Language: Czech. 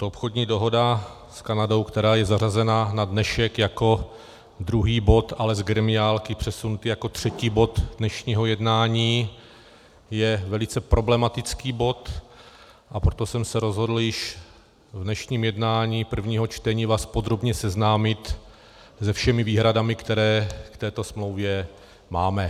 Tato obchodní dohoda s Kanadou, která je zařazena na dnešek jako druhý bod, ale z gremiálky přesunuta jako třetí bod dnešního jednání, je velice problematický bod, a proto jsem se rozhodl již v dnešním jednání prvního čtení vás podrobně seznámit se všemi výhradami, které k této smlouvě máme.